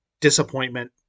disappointment